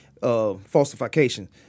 falsification